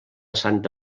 santa